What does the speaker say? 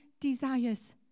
desires